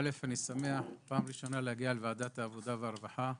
אני שמח להגיע בפעם הראשונה לוועדת העבודה והרווחה.